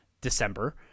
December